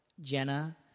Jenna